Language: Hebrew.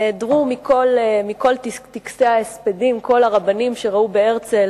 נעדרו מכל טקסי ההספדים כל הרבנים שראו בהרצל